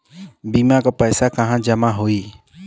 बीमा क पैसा कहाँ जमा होई?